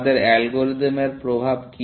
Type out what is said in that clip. আমাদের অ্যালগরিদম এর প্রভাব কি